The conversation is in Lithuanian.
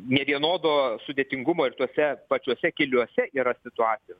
nevienodo sudėtingumo ir tuose pačiuose keliuose yra situacijos